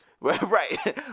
right